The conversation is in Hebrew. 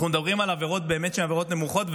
אנחנו מדברים באמת על עבירות נמוכות.